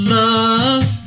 love